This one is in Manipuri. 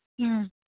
ꯎꯝ